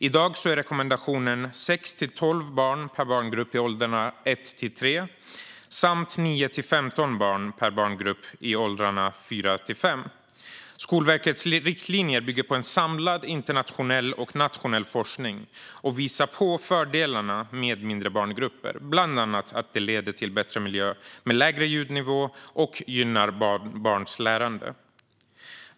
I dag är rekommendationen 6-12 barn per grupp i åldern 1-3 år samt 9-15 barn per grupp i åldern 4-5 år. Skolverkets riktlinjer bygger på samlad internationell och nationell forskning och visar på fördelarna med mindre barngrupper, bland annat att det leder till bättre miljö med lägre ljudnivå och gynnar barns lärande.